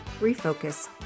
refocus